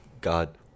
God